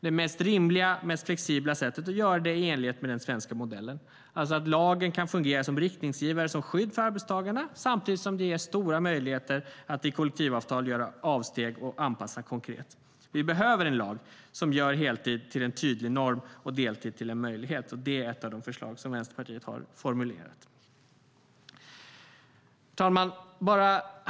Det mest rimliga och flexibla sättet att göra det är i enlighet med den svenska modellen. Lagen kan fungera som riktningsgivare och skydd för arbetstagarna samtidigt som den ger stora möjligheter att i kollektivavtal göra avsteg och anpassa konkret. Vi behöver en lag som gör heltid till en tydlig norm och deltid till en möjlighet. Det är ett av de förslag som Vänsterpartiet har formulerat. Herr talman!